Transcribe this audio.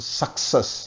success